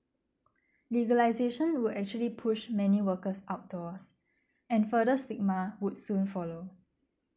legalisation will actually push many workers outdoors and further stigma would soon follow